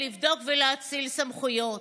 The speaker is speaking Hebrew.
לבדוק ולהאציל סמכויות.